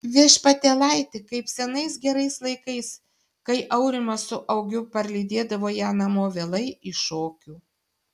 viešpatėlaiti kaip senais gerais laikais kai aurimas su augiu parlydėdavo ją namo vėlai iš šokių